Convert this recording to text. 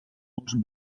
molts